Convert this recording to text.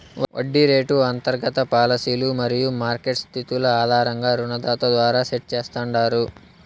వడ్డీ రేటు అంతర్గత పాలసీలు మరియు మార్కెట్ స్థితుల ఆధారంగా రుణదాత ద్వారా సెట్ చేస్తాండారు